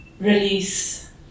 release